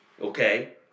Okay